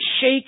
shake